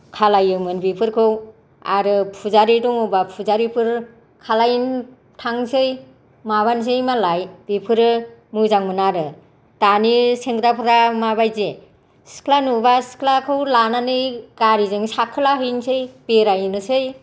खालामोमोन बेफोरखौ आरो फुजारि दङबा फुजारिफोर खालामना थांनोसै माबानोसै मालाय बेफोरो मोजांमोन आरो दानि सेंग्राफोरा माबायदि सिख्ला नुबा सिख्लाखौ लानानै गारिजों साखोलाहैनोसै बेरायनोसै